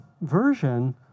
version